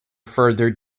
further